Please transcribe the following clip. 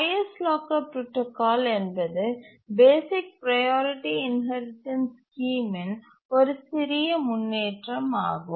highest locker protocol என்பது basic priority inheritance ஸ்கீமின் ஒரு சிறிய முன்னேற்றம் ஆகும்